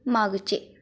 मागचे